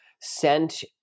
sent